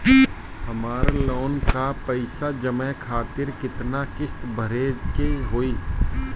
हमर लोन के पइसा जमा करे खातिर केतना किस्त भरे के होई?